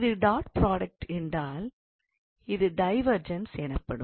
இது dot product என்றால் இது டைவெர்ஜன்ஸ் எனப்படும்